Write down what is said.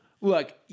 look